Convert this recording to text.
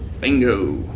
Bingo